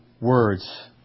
words